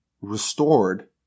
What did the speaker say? restored